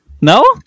No